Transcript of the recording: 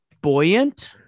buoyant